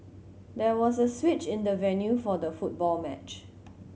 there was a switch in the venue for the football match